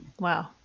Wow